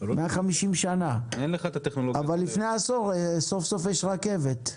אבל מלפני עשור סוף-סוף יש רכבת,